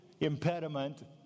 impediment